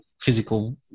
Physical